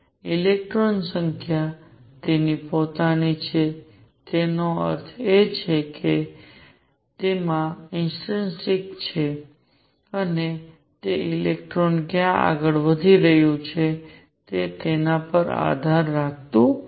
ઇલેક્ટ્રોનની સંખ્યા તેની પોતાની છે તેનો અર્થ એ છે કે તે તેના ઇન્ટરીન્સીકછે અને તે ઇલેક્ટ્રોન ક્યાં આગળ વધી રહ્યું છે તેના પર આધાર રાખતું નથી